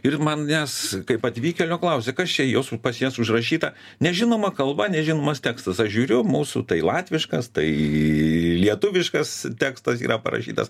ir manęs kaip atvykėlio klausia kas čia jūsų pas jas užrašyta nežinoma kalba nežinomas tekstas aš žiūriu mūsų tai latviškas tai lietuviškas tekstas yra parašytas